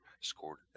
scored